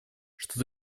что